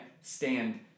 stand